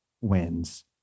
wins